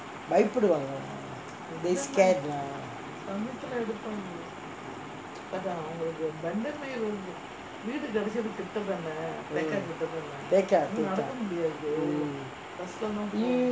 பயப்படுவாங்கே:bayapuduvaangae lah they scared lah mm tekka tekka mm you